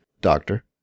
doctor